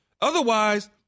Otherwise